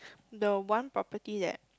the one property that